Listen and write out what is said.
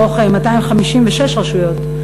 מתוך 256 רשויות,